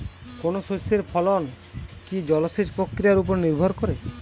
কোনো শস্যের ফলন কি জলসেচ প্রক্রিয়ার ওপর নির্ভর করে?